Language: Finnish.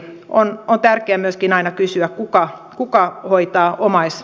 eli on tärkeää myöskin aina kysyä kuka hoitaa omaishoitajaa